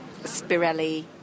Spirelli